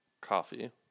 coffee